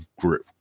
grip